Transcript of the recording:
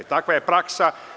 Takva je praksa.